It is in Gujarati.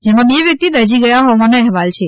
જેમાં બે વ્યક્તિ દાઝી ગયા હોવાના અહેવાલ છે